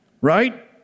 Right